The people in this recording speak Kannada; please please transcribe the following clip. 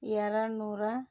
ಎರಡು ನೂರ